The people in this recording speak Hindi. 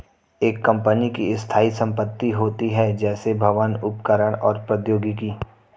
एक कंपनी की स्थायी संपत्ति होती हैं, जैसे भवन, उपकरण और प्रौद्योगिकी